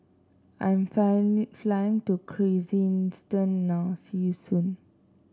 I'm fly to Kyrgyzstan now see you soon